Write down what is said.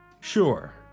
Sure